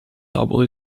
double